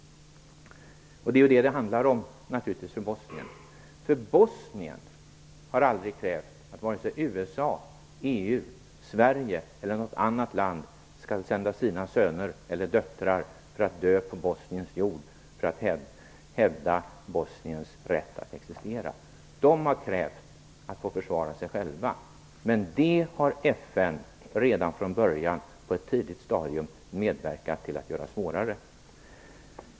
Det är ju naturligtvis vad det handlar om för Bosnien, för Bosnien har aldrig krävt att vare sig USA, EU, Sverige eller något annat land skall sända sina söner eller döttrar att dö på Bosniens jord för att hävda Bosniens rätt att existera. De har krävt att få försvara sig själva, men det har FN redan från början på ett tidigt stadium medverkat till att försvåra.